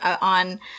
on